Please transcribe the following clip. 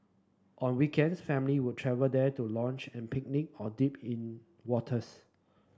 on weekends family would travel there to lounge and picnic or dip in waters